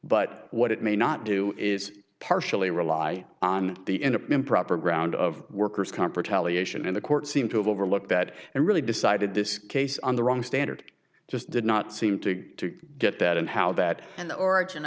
but what it may not do is partially rely on the in an improper ground of worker's comp retaliation in the court seemed to overlook that and really decided this case on the wrong standard just did not seem to get that and how that and the origin